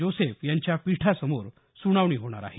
Joseph यांच्या पीठासमोर सुनावणी होणार आहे